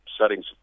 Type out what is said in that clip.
settings